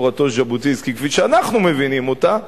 תורתו של ז'בוטינסקי כפי שאנחנו מבינים אותה: